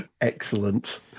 Excellent